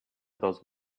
those